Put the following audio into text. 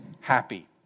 happy